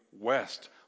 west